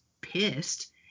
pissed